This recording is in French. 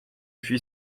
puis